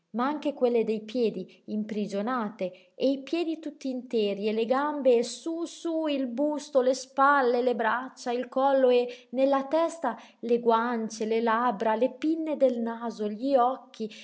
ma anche quelle dei piedi imprigionate e i piedi tutt'interi e le gambe e sú sú il busto le spalle le braccia il collo e nella testa le guance le labbra le pinne del naso gli occhi